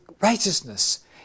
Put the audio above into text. righteousness